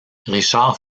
richard